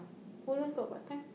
got part time